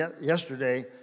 yesterday